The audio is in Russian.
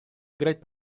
играть